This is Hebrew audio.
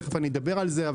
תכף אני אדבר על זה.